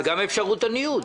וגם אפשרות הניוד.